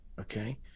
Okay